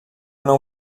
não